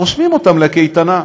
רושמים אותם לקייטנה.